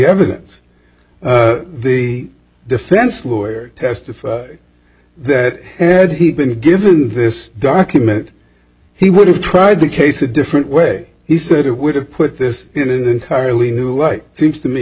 evidence the defense will testify that had he been given this document he would have tried the case a different way he said it would have put this in an entirely new light seems to me